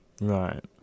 right